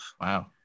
Wow